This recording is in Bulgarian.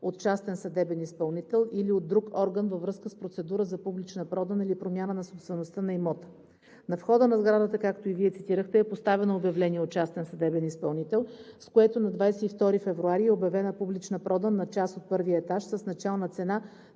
от частен съдебен изпълнител или от друг орган във връзка с процедура за публична продан или промяна на собствеността на имота. На входа на сградата, както и Вие цитирахте, е поставено обявление от частен съдебен изпълнител, с което на 22 февруари е обявена публична продан на част от първия етаж с начална цена